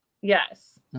Yes